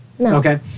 okay